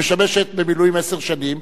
שמשמשת במילואים עשר שנים.